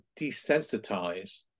desensitize